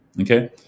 Okay